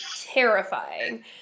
terrifying